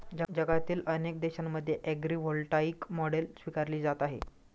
जगातील अनेक देशांमध्ये ॲग्रीव्होल्टाईक मॉडेल स्वीकारली जात आहे